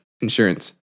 insurance